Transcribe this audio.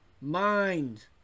mind